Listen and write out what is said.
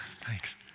thanks